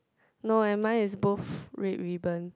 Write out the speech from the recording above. no eh mine is both red ribbon